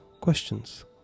questions